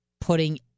putting